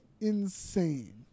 insane